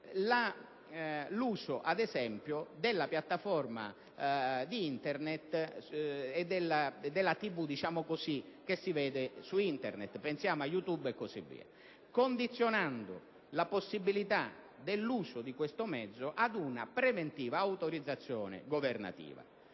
l'uso, ad esempio, della piattaforma di Internet e della TV che si vede su Internet - si pensi a YouTube - condizionando la possibilità dell'uso di questo mezzo ad una preventiva autorizzazione governativa.